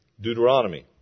Deuteronomy